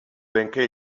benché